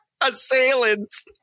assailants